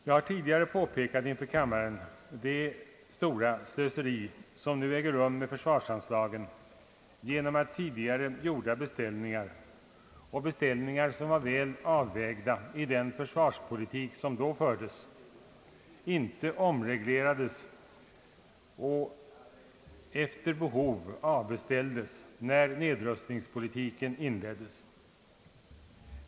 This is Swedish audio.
Jag har tidigare inför kammaren påpekat det stora slöseri som nu äger rum med försvarsanslagen genom att tidigare gjorda beställningar, som var väl avvägda i den försvarspolitik som då fördes, inte omreglerades och efter behov avbeställdes, när nedrustningspolitiken inleddes.